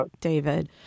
david